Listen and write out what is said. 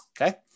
okay